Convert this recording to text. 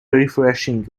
refreshing